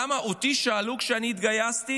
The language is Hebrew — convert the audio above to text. למה, אותי שאלו כשאני התגייסתי